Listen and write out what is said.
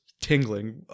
tingling